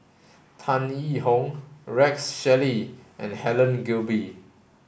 Tan Yee Hong Rex Shelley and Helen Gilbey